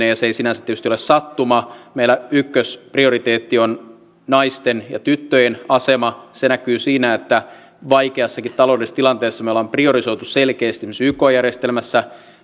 ja se ei sinänsä tietysti ole sattuma meillä ykkösprioriteetti on naisten ja tyttöjen asema se näkyy siinä että vaikeassakin taloudellisessa tilanteessa me olemme priorisoineet selkeästi esimerkiksi ykn järjestelmässä